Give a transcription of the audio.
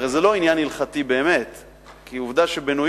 הרי זה לא עניין הלכתי באמת, כי עובדה שבניו-יורק